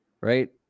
right